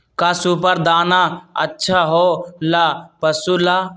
का सुपर दाना अच्छा हो ला पशु ला?